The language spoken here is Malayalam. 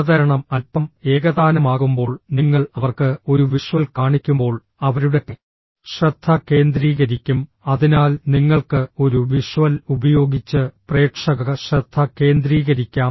അവതരണം അൽപ്പം ഏകതാനമാകുമ്പോൾ നിങ്ങൾ അവർക്ക് ഒരു വിഷ്വൽ കാണിക്കുമ്പോൾ അവരുടെ ശ്രദ്ധ കേന്ദ്രീകരിക്കും അതിനാൽ നിങ്ങൾക്ക് ഒരു വിഷ്വൽ ഉപയോഗിച്ച് പ്രേക്ഷക ശ്രദ്ധ കേന്ദ്രീകരിക്കാം